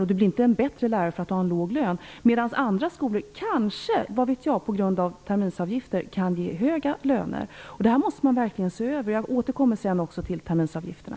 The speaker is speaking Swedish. Och du blir inte en bättre lärare för att du har en låg lön. Andra skolor kanske kan ge höga löner på grund av terminsavgifter, vad vet jag. Det här måste man verkligen se över. Jag återkommer till terminsavgifterna.